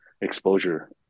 exposure